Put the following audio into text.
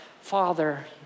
father